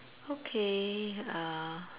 okay uh